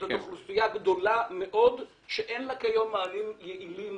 זאת אוכלוסייה גדולה מאוד שאין לה כיום מענים יעילים